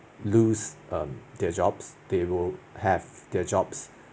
lose um their jobs they will have their jobs